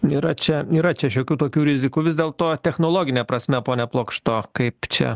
yra čia yra čia šiokių tokių rizikų vis dėlto technologine prasme pone plokšto kaip čia